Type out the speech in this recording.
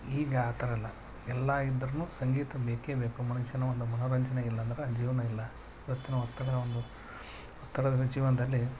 ಈಗ ಆ ಥರ ಅಲ್ಲ ಎಲ್ಲ ಇದ್ದರೂನು ಸಂಗೀತ ಬೇಕೇ ಬೇಕು ಮನುಷ್ಯನ ಒಂದು ಮನೋರಂಜನೆ ಇಲ್ಲಾಂದ್ರೆ ಜೀವನ ಇಲ್ಲ ಇವತ್ತಿನ ಒತ್ತಡ ಒಂದು ಒತ್ತಡದ ಜೀವನದಲ್ಲಿ